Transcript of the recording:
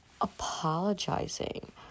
apologizing